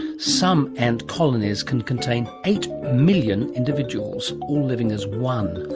some ant colonies can contain eight million individuals, all living as one,